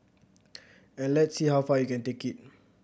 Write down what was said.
and let's see how far you can take it